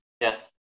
yes